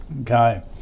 Okay